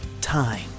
time